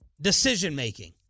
decision-making